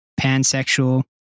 pansexual